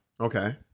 Okay